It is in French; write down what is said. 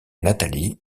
nathalie